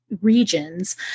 regions